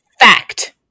fact